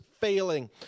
failing